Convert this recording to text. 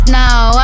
now